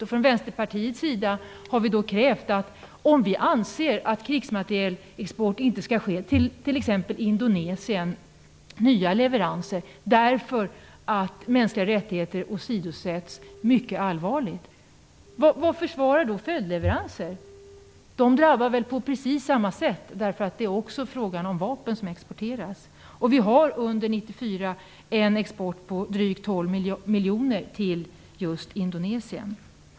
Om man anser att nya leveranser av krigsmateriel inte skall ske till exempelvis Indonesien, därför att mänskliga rättigheter åsidosätts mycket allvarligt, vad försvarar då följdleveranser? De drabbar på precis samma sätt. Det är också fråga om vapen som exporteras. Under 1994 hade vi en export på drygt 12 miljoner kronor till just Indonesien.